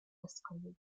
escalators